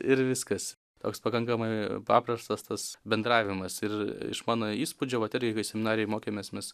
ir viskas toks pakankamai paprastas tas bendravimas ir iš mano įspūdžio vat irgi kai seminarijoj mokėmės mes